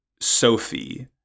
Sophie